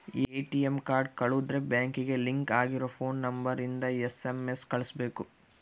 ATM card ಕಳುದ್ರೆ ಬ್ಯಾಂಕಿಗೆ link ಆಗಿರ ಫೋನ್ ನಂಬರ್ ಇಂದ ಎಸ್.ಎಮ್.ಎಸ್ ಕಳ್ಸ್ಬೆಕು